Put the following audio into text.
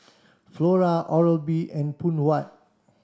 Flora Oral B and Phoon White